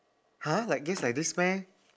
!huh! like guess like this meh